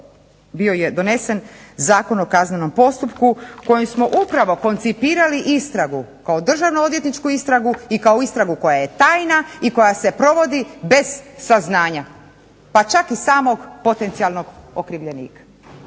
bio je donesen Zakon o kaznenom postupku kojim smo upravo koncipirali istragu kao državno odvjetničku istragu i kao istragu koja je tajna i koja se provodi bez saznanja, pa čak i potencijalnog okrivljenika.